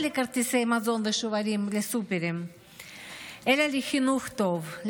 לכרטיסי מזון ושוברים לסופרים אלא לחינוך טוב,